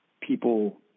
people